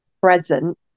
Present